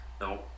No